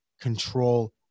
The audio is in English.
control